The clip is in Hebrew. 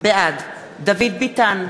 בעד דוד ביטן,